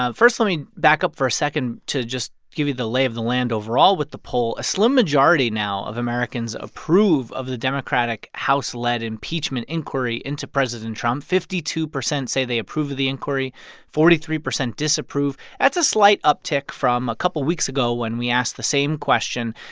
first, let me back up for a second to just give you the lay of the land overall with the poll. a slim majority now of americans approve of the democratic house-led impeachment inquiry into president trump. fifty-two percent say they approve of the inquiry forty-three percent disapprove. that's a slight uptick from a couple of weeks ago when we asked the same question,